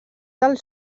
del